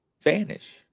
vanish